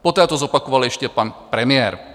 Poté to zopakoval ještě pan premiér.